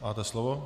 Máte slovo.